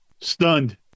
stunned